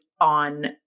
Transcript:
on